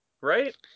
right